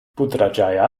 putrajaya